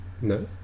No